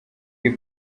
iyi